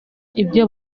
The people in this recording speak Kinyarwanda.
ibyo